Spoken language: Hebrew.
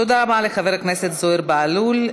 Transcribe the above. תודה רבה לחבר הכנסת זוהיר בהלול.